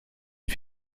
une